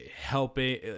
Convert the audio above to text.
helping